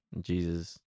Jesus